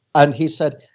and he said,